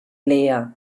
leah